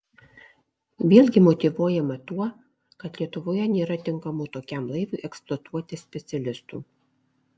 vėlgi motyvuojama tuo kad lietuvoje nėra tinkamų tokiam laivui eksploatuoti specialistų